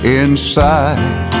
inside